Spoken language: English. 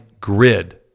grid